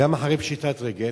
גם אחרי פשיטת רגל,